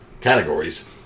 categories